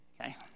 Okay